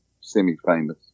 semi-famous